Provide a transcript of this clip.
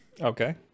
Okay